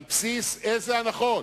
על בסיס איזה הנחות?